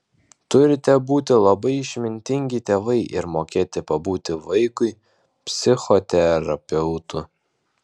turite būti labai išmintingi tėvai ir mokėti pabūti vaikui psichoterapeutu